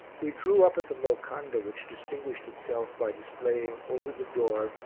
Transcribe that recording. we drew up at the locanda which distinguished itself by displaying over the door,